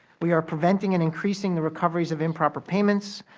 we are preventing and increasing the recoveries of improper payments,